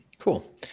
Cool